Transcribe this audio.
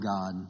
God